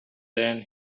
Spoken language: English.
than